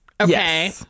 okay